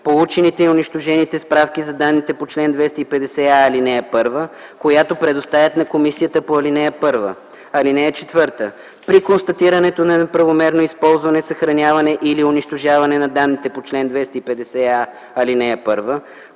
получените и унищожените справки за данните по чл. 250а, ал. 1, която предоставят на Комисията по ал. 1. (4) При констатирането на неправомерно използване, съхраняване или унищожаване на данните по чл. 250а, ал. 1,